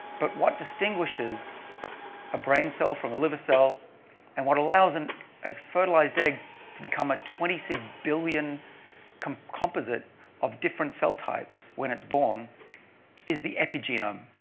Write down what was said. but what distinguishes a brain cell from a liver cell and what allows and a fertilized egg to become a twenty six billion composite of different cell types when it's born is the epigenome.